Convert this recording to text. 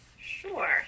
Sure